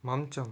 మంచం